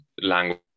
language